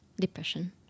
depression